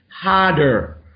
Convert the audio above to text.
harder